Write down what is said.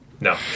No